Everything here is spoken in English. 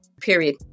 period